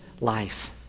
life